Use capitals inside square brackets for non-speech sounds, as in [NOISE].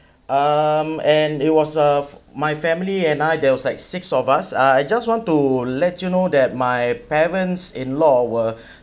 um and it was uh my family and I there was like six of us uh I just want to let you know that my parents-in-law were [BREATH]